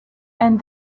and